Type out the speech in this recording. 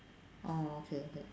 orh okay